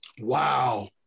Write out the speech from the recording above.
Wow